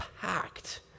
packed